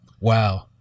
Wow